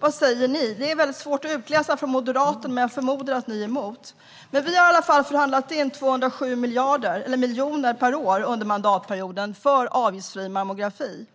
Vad säger ni? Det är svårt att utläsa av Moderaternas förslag, men jag förmodar att ni är emot. Vi har i alla fall förhandlat in 207 miljoner per år under mandatperioden för avgiftsfri mammografi.